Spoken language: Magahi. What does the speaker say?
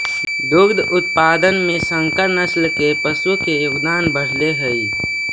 दुग्ध उत्पादन में संकर नस्ल के पशु के योगदान बढ़ले हइ